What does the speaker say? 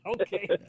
Okay